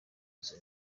izo